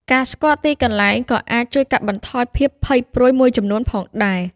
ការស្គាល់ទីកន្លែងក៏អាចជួយកាត់បន្ថយភាពភ័យព្រួយមួយចំនួនផងដែរ។